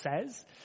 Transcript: says